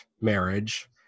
marriage